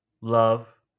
love